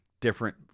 different